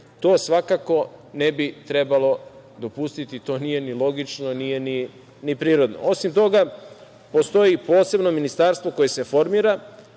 To svakako ne bi trebalo dopustiti. To nije ni logično, to nije ni prirodno. Osim toga, postoji i posebno ministarstvo koje se formira,